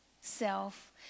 self